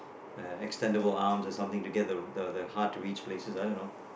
err extendable arms or something to get the the the hard to reach places I don't know